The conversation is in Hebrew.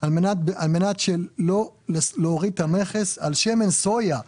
על מנת שלא יוריד את המכס על שמן סויה.